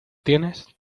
tienes